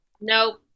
No